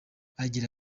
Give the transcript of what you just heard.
agira